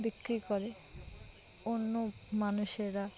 বিক্রি করে অন্য মানুষেরা